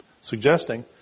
suggesting